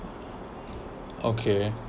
okay